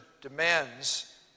demands